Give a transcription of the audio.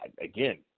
again –